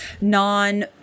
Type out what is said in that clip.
non